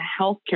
healthcare